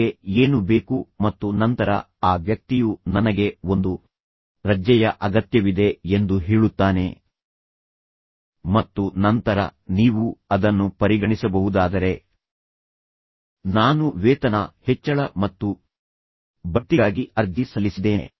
ನಿಮಗೆ ಏನು ಬೇಕು ಮತ್ತು ನಂತರ ಆ ವ್ಯಕ್ತಿಯು ನನಗೆ ಒಂದು ರಜೆಯ ಅಗತ್ಯವಿದೆ ಎಂದು ಹೇಳುತ್ತಾನೆ ಮತ್ತು ನಂತರ ನೀವು ಅದನ್ನು ಪರಿಗಣಿಸಬಹುದಾದರೆ ನಾನು ವೇತನ ಹೆಚ್ಚಳ ಮತ್ತು ಬಡ್ತಿಗಾಗಿ ಅರ್ಜಿ ಸಲ್ಲಿಸಿದ್ದೇನೆ